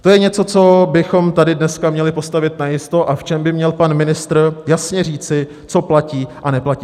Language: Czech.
To je něco, co bychom tady dneska měli postavit najisto a v čem by měl pan ministr jasně říci, co platí a neplatí.